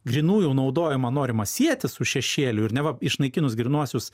grynųjų naudojimą norima sieti su šešėliu ir neva išnaikinus grynuosius